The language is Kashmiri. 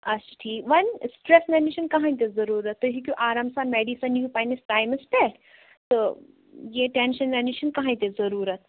اَچھا ٹھیٖک وۅںۍ سِٹرس نِنٕچ چھَنہٕ کٔہٕںٛۍ تہِ ضروٗرت تُہی ہیٚکِو آرام سان میڈِسن نِیِو پَنٕنِس ٹایمَس پٮ۪ٹھ تہٕ یہِ ٹٮ۪نشن نِنٕچ چھَنہٕ کٔہٕںٛۍ تہِ ضروٗرت